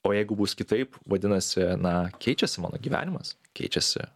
o jeigu bus kitaip vadinasi na keičiasi mano gyvenimas keičiasi